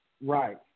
Right